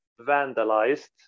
vandalized